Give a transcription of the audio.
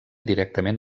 directament